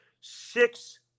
Six